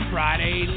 Friday